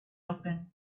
open